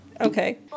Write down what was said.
Okay